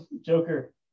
Joker